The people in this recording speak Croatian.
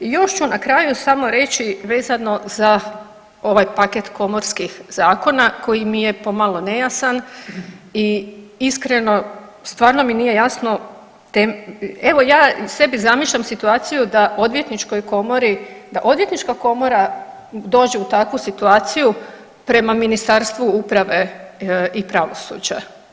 I još ću na kraju samo reći vezano za ovaj paket komorskih zakona koji mi je pomalo nejasan i iskreno stvarno mi nije jasno, evo ja sebi zamišljam situaciju da odvjetničkoj komori, da Odvjetnička komora dođe u takvu situaciju prema Ministarstvu uprave i pravosuđa.